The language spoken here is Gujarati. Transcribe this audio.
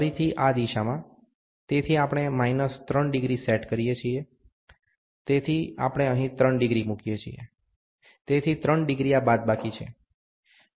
ફરીથી આ દિશામાં તેથી આપણે માઇનસ 3° સેટ કરીએ છીએ તેથી આપણે અહીં 3° મૂકીએ છીએ તેથી 3° આ બાદબાકી છે